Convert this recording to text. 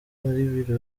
biro